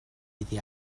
iddi